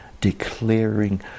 declaring